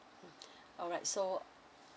mmhmm alright so